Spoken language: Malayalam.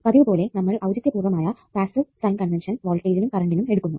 പതിവുപോലെ നമ്മൾ ഔചിത്യ പൂർവ്വമായ പാസ്സീവ് സൈൻ കൺവെൻഷൻ വോൾട്ടേജിനും കറണ്ടിനും എടുക്കുന്നു